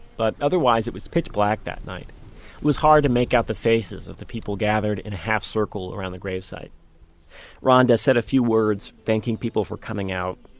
but otherwise it was pitch black that night. it was hard to make out the faces of the people gathered in a half circle around the gravesite ronda said a few words, thanking people for coming out.